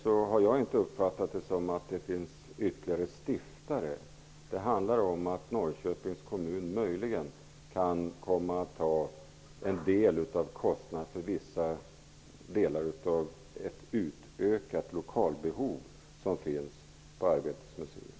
Jag har vidare inte uppfattat att det skulle tillkomma några ytterligare stiftare när det gäller Arbetets museum. Det handlar om att Norrköpings kommun möjligen kan komma att ta på sig en del av kostnaden för tillgodoseendet av ett utökat lokalbehov från Arbetets museums sida.